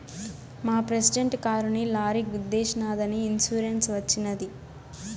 మా ప్రెసిడెంట్ కారుని లారీ గుద్దేశినాదని ఇన్సూరెన్స్ వచ్చినది